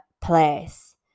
place